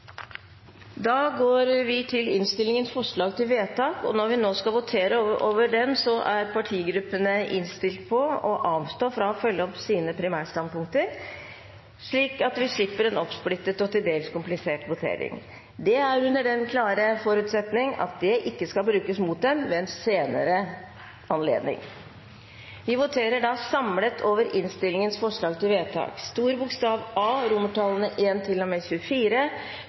Da går vi til innstillingens forslag til vedtak, og når vi nå skal votere over den, er partigruppene innstilt på å avstå fra å følge opp sine primærstandpunkter, slik at vi slipper en oppsplittet og til dels komplisert votering. Det er under den klare forutsetning at det ikke skal brukes mot dem ved en senere anledning. Vi voterer da samlet over innstillingens forslag til vedtak. Det voteres over stor bokstav A